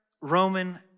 Roman